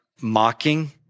mocking